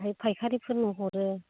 ओमफ्राय फायखारिफोरनो हरो